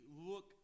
look